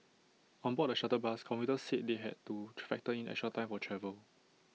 on board the shuttle bus commuters said they had to factor in extra time for travel